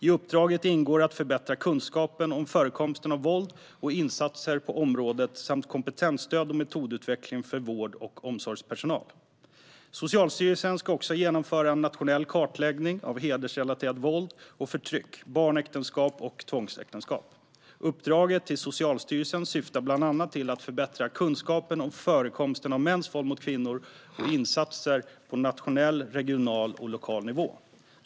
I uppdraget ingår att förbättra kunskapen om förekomsten av våld och insatser på området samt kompetensstöd och metodutveckling för vård och omsorgspersonal. Socialstyrelsen ska också genomföra en nationell kartläggning av hedersrelaterat våld och förtryck, barnäktenskap och tvångsäktenskap. Uppdraget till Socialstyrelsen syftar bland annat till att förbättra kunskapen om förekomsten av mäns våld mot kvinnor och insatser på nationell, regional och lokal nivå.